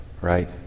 right